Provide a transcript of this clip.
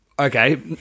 Okay